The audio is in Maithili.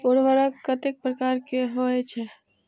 उर्वरक कतेक प्रकार के होई छै?